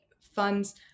funds